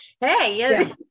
hey